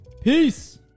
Peace